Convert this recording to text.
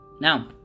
Now